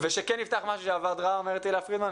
-- ושכן נפתח משהו שעבד רע אומרת תהלה פרידמן,